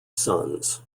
sons